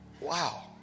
wow